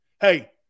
Hey